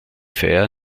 feier